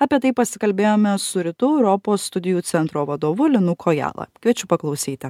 apie tai pasikalbėjome su rytų europos studijų centro vadovu linu kojala kviečiu paklausyti